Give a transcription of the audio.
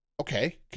Okay